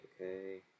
okay